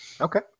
okay